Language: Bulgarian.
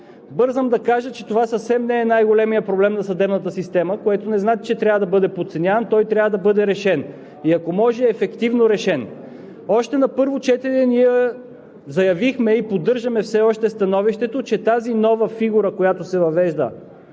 Бързам да кажа, че това съвсем не е най-големият проблем на съдебната система, което не значи, че трябва да бъде подценяван, той трябва да бъде решен и ако може, ефективно решен. Още на първо четене ние заявихме и поддържаме все още становището, че тази нова фигура, която се въвежда